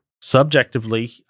Subjectively